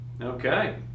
Okay